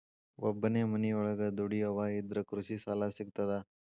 ಒಬ್ಬನೇ ಮನಿಯೊಳಗ ದುಡಿಯುವಾ ಇದ್ರ ಕೃಷಿ ಸಾಲಾ ಸಿಗ್ತದಾ?